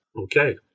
Okay